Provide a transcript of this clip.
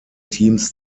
teams